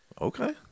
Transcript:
Okay